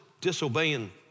disobeying